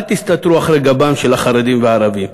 אל תסתתרו מאחורי גבם של החרדים והערבים.